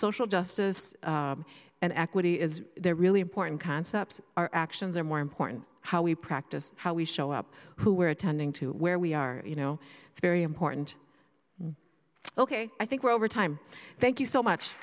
social justice and equity is they're really important concepts our actions are more important how we practice how we show up who were attending to where we are you know it's very important ok i think over time thank you so much